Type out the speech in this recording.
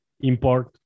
import